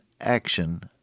action